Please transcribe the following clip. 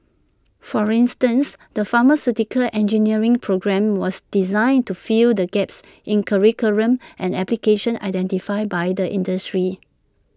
for instance the pharmaceutical engineering programme was designed to fill the gaps in curriculum and application identified by the industry